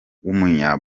w’umunya